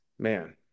Man